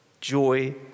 Joy